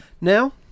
now